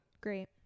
great